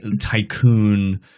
tycoon